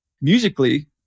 musically